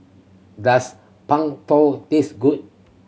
does Png Tao taste good